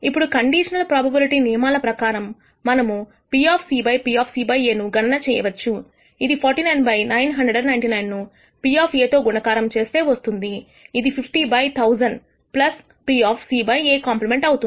ఇప్పుడు conditional probability నియమాల ప్రకారం మనముP బై P C | A ను గణన చేయవచ్చు ఇది 49 బై 999 ను P తో గుణకారం చేస్తే వస్తుంది ఇది 50 బై 1000 P C | Ac అవుతుంది